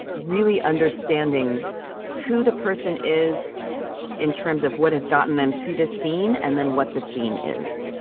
really understanding who the person is in terms of what has gotten them to this scene, and then what the scene is.